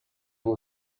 who